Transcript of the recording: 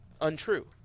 untrue